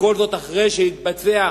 וכל זה אחרי שהתבצע פינוי,